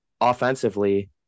offensively